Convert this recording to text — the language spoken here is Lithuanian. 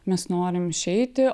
mes norim išeiti